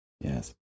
Yes